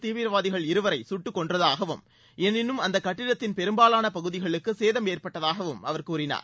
தீவிரவாதிகள் இருவரை சுட்டுக் கொன்றதாகவும் எனினும் அந்த கட்டடத்தின் பெரும்பாலான பகுதிகளுக்கு சேதம் ஏற்பட்டதாகவும் அவர் கூறினார்